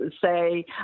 say